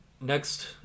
next